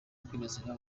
kwibasira